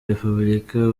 repubulika